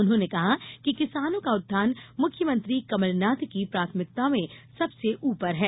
उन्होंने कहा कि किसानों का उत्थान मुख्यमंत्री कमलनाथ की प्राथमिकता में सबसे ऊपर है